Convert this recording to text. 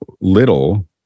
little